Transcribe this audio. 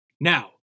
Now